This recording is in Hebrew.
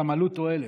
גם עלות תועלת.